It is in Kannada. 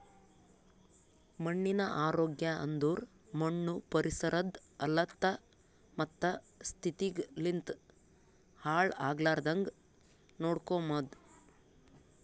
ಮಣ್ಣಿನ ಆರೋಗ್ಯ ಅಂದುರ್ ಮಣ್ಣು ಪರಿಸರದ್ ಹಲತ್ತ ಮತ್ತ ಸ್ಥಿತಿಗ್ ಲಿಂತ್ ಹಾಳ್ ಆಗ್ಲಾರ್ದಾಂಗ್ ನೋಡ್ಕೊಮದ್